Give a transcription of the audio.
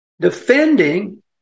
defending